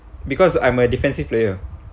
because I'm a defensive player